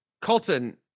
Colton